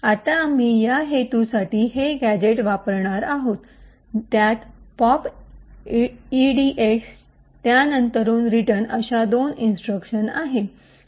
आम्ही या हेतूसाठी जे गॅझेट वापरणार आहोत त्यात पॉप इडीएक्स त्या नंतरून रिटर्न अश्या दोन इंस्ट्रक्शन आहेत